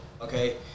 okay